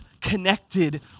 connected